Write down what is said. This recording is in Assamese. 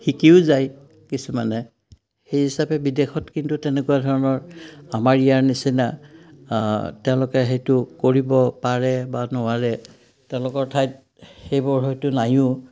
শিকিও যায় কিছুমানে সেই হিচাপে বিদেশত কিন্তু তেনেকুৱা ধৰণৰ আমাৰ ইয়াৰ নিচিনা তেওঁলোকে সেইটো কৰিব পাৰে বা নোৱাৰে তেওঁলোকৰ ঠাইত সেইবোৰ হয়তো নাইও